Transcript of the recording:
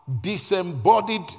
disembodied